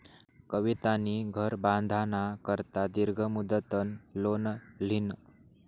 कवितानी घर बांधाना करता दीर्घ मुदतनं लोन ल्हिनं